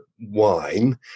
wine